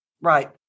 Right